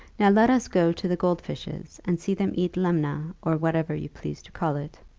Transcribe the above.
now let us go to the gold fishes, and see them eat lemna, or whatever you please to call it.